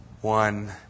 one